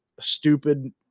stupid